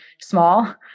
small